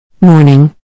Morning